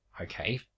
okay